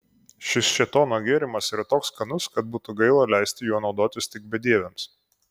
šis šėtono gėrimas yra toks skanus kad būtų gaila leisti juo naudotis tik bedieviams